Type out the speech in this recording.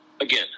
Again